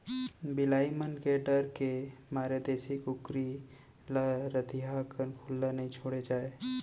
बिलाई मन के डर के मारे देसी कुकरी ल रतिहा कन खुल्ला नइ छोड़े जाए